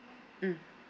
mm